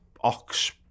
Ox